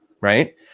right